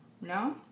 No